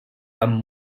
amb